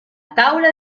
taula